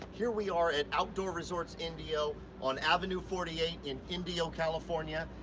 here we are at outdoor resorts indio on avenue forty eight in indio, california.